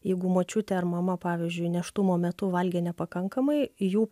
jeigu močiutė ar mama pavyzdžiui nėštumo metu valgė nepakankamai jų